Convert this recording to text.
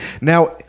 now